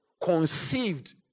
conceived